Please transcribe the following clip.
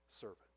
servant